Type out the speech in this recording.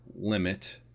limit